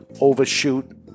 overshoot